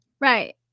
Right